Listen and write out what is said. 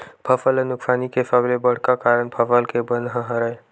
फसल म नुकसानी के सबले बड़का कारन फसल के बन ह हरय